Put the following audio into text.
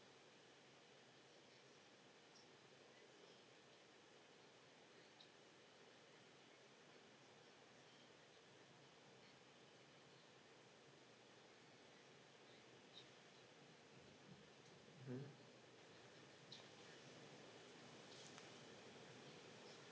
mm